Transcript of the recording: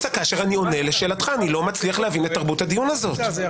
אבל בסוף הוא